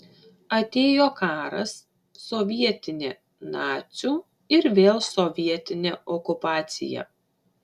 atėjo karas sovietinė nacių ir vėl sovietinė okupacija